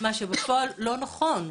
מה שבפועל לא נכון.